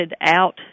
out